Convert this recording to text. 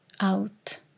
out